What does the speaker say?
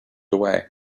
away